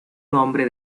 nombre